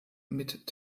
mit